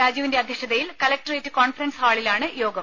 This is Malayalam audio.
രാജുവിന്റെ അധ്യക്ഷതയിൽ കലക്ടറേറ്റ് കോൺഫറൻസ് ഹാളിലാണ് യോഗം